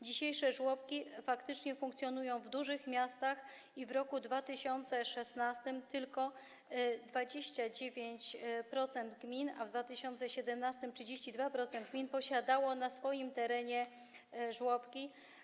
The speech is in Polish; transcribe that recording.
Dzisiejsze żłobki faktycznie funkcjonują w dużych miastach i w 2016 r. tylko 29% gmin, a w 2017 r. - 31% gmin posiadało na swoim terenie żłobki.